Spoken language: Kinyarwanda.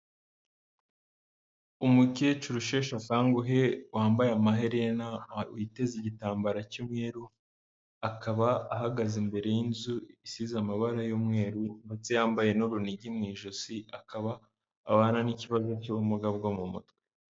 Umukecuru usheshe akanguhe wambaye amaherena witeze igitambaro cy'umweru, akaba ahagaze imbere y'inzu isize amabara y'umweru ndetse yambaye n'urunigi mu ijosi, akaba abana n'ikibazo cy'ubumuga bwo mu mutwe.